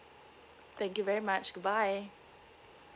thank you very much goodbye